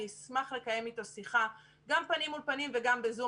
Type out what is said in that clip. אני אשמח לקיים איתו שיחה גם פנים מול פנים וגם בזום,